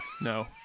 No